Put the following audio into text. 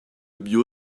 bio